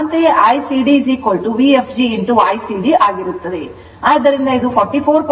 ಅಂತೆಯೇ Icd Vfg Ycd ಆಗಿರುತ್ತದೆ